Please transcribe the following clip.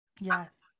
Yes